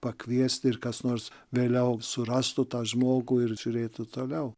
pakviesti ir kas nors vėliau surastų tą žmogų ir žiūrėtų toliau